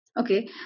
Okay